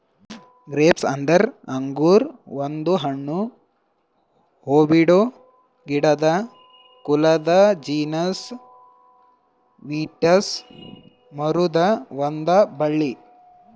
grapes ಅಂದುರ್ ಅಂಗುರ್ ಒಂದು ಹಣ್ಣು, ಹೂಬಿಡೋ ಗಿಡದ ಕುಲದ ಜೀನಸ್ ವಿಟಿಸ್ ಮರುದ್ ಒಂದ್ ಬಳ್ಳಿ